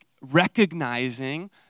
recognizing